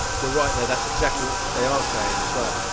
you're right there, that's exactly what they are saying as well.